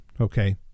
Okay